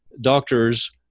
doctors